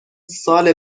ساله